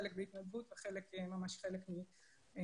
חלק בהתנדבות וחלק ממש חלק מהממסד.